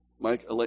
Mike